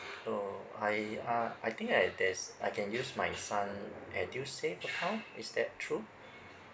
oh I uh I think I there's I can use my son edusave account is that true